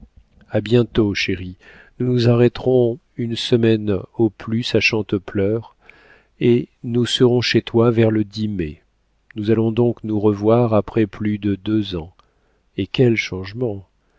a bientôt chérie nous nous arrêterons une semaine au plus à chantepleurs et nous serons chez toi vers le dîner nous allons donc nous revoir après plus de deux ans et quels changements